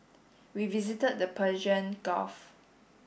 we visited the Persian Gulf